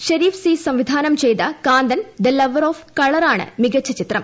Sharif C സംവിധാനം ചെയ്ത Kanthan the lover of കളറാണ് മികച്ച ചിത്രം